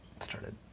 started